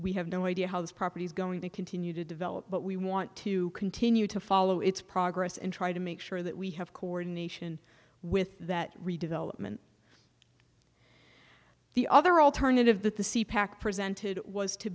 we have no idea how this property is going to continue to develop but we want to continue to follow its progress and try to make sure that we have coordination with that redevelopment the other alternative